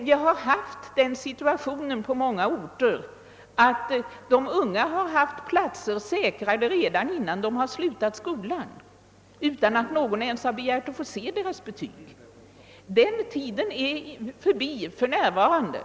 Vi har förut haft den situationen på många orter, att de unga har fått platser som säkrats redan innan de slutat skolan och utan att någon ens har begärt att få se deras betyg, men den tiden är förbi för närvarande.